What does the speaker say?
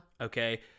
okay